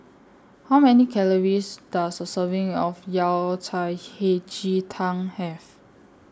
How Many Calories Does A Serving of Yao Cai Hei Ji Tang Have